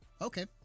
okay